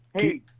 Hey